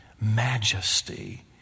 majesty